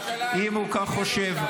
אם הוא כך חושב.